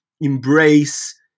embrace